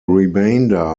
remainder